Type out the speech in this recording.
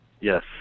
Yes